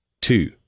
Two